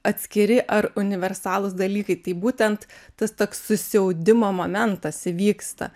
atskiri ar universalūs dalykai tai būtent tas toks susiaudimo momentas įvyksta